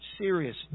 serious